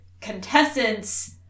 contestants